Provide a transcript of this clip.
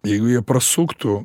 jeigu jie prasuktų